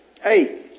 Hey